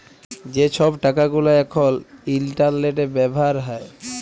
যে ছব টাকা গুলা এখল ইলটারলেটে ব্যাভার হ্যয়